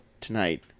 tonight